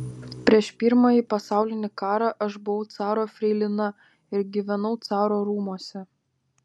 prieš pirmąjį pasaulinį karą aš buvau caro freilina ir gyvenau caro rūmuose